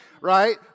right